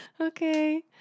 okay